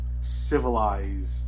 Civilized